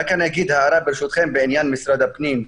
ברשותכם, רק אגיד הערה בעניין משרד הפנים.